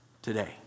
today